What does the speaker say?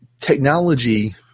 technology